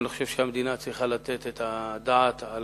ואני חושב שהמדינה צריכה לתת את הדעת על